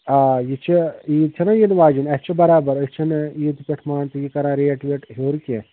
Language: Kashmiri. آ یہِ چھُ عیٖد چھَناہ یِنہٕ واجیٚنۍ اَسہِ چھُ برابر أسۍ چھِنہٕ عیٖد پٮ۪ٹھ مٲنۍ تو یہِ کَران ریٹ ویٹ ہیٚور کیٚنٛہہ